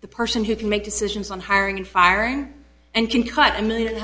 the person who can make decisions on hiring and firing and can cut a million